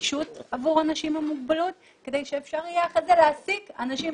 ונגישות עבור אנשים עם מוגבלות כדי שאפשר יהיה אחרי זה להעסיק אנשים